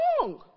wrong